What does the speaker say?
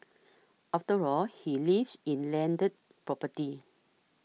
after all he lives in landed property